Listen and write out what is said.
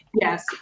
Yes